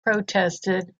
protested